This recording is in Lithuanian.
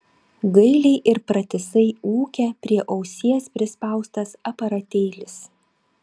gailiai ir pratisai ūkia prie ausies prispaustas aparatėlis